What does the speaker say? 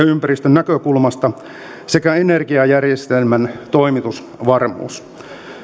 ympäristön näkökulmasta sekä energiajärjestelmän toimitusvarmuus